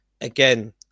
again